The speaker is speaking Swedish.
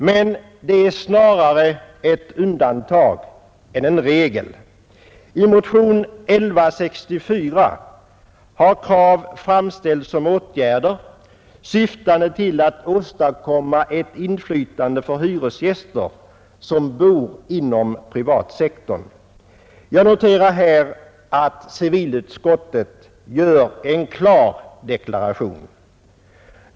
Men detta är snarare ett undantag än en regel. I motionen 1164 har krav framställts om åtgärder syftande till att åstadkomma ett inflytande för hyresgäster som bor inom privatsektorn. Jag noterar att civilutskottet här gör en klar deklaration.